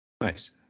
Nice